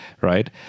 right